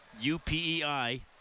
UPEI